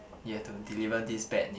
you have to deliver this bad new